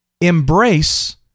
embrace